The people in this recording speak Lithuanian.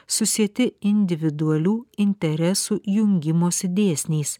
susieti individualių interesų jungimosi dėsniais